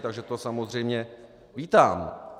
Takže to samozřejmě vítám.